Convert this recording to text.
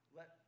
let